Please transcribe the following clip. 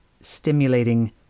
stimulating